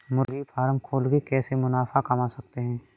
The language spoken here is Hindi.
मुर्गी फार्म खोल के कैसे मुनाफा कमा सकते हैं?